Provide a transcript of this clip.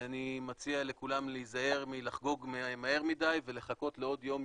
אני מציע לכולם להיזהר מלחגוג מהר מדי ולחכות לעוד יום,